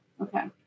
Okay